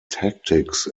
tactics